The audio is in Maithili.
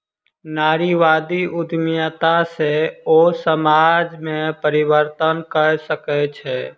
नारीवादी उद्यमिता सॅ ओ समाज में परिवर्तन कय सकै छै